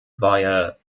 via